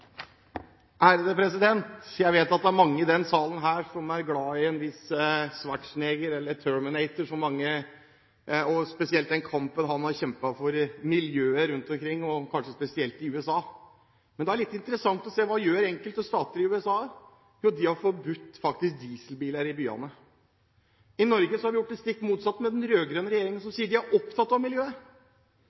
mange i denne salen som er glad i en viss Schwarzenegger, eller Terminator, og spesielt den kampen han har kjempet for miljøet rundt omkring, og kanskje spesielt i USA. Det er litt interessant å se hva enkelte stater i USA gjør. Jo, de har faktisk forbudt dieselbiler i byene. I Norge har vi gjort det stikk motsatte med den rød-grønne regjeringen, som sier de er opptatt av miljøet.